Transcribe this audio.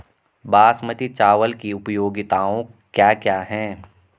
बासमती चावल की उपयोगिताओं क्या क्या हैं?